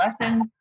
lessons